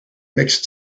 mixed